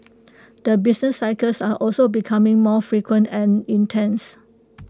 the business cycles are also becoming more frequent and intense